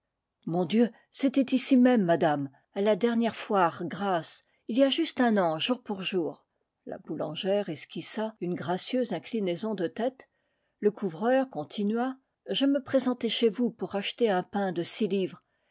mon dieu c'était ici même madame à la dernière foire grasse il y a juste un an jour pour jour la boulangère esquissa une gracieuse inclinaison de tête le couvreur continua je me présentai chez vous pour acheter un pain de six livres